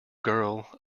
girl